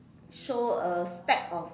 show a stack of